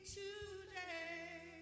today